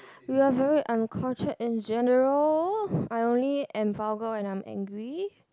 you are very uncultured in general I only am vulgar when I am angry